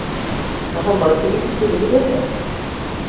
ᱵᱟᱠᱷᱟᱱ ᱵᱟᱹᱲᱛᱤ ᱜᱮᱵᱤᱱ ᱵᱩᱡᱷᱟᱹᱣᱮᱫᱼᱟ